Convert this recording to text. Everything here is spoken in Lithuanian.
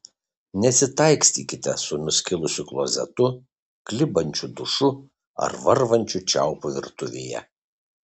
nesitaikstykite su nuskilusiu klozetu klibančiu dušu ar varvančiu čiaupu virtuvėje